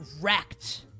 wrecked